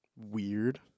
weird